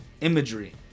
imagery